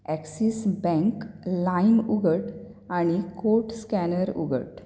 axis bank लाइम उगड आनी कोड स्कॅनर उगड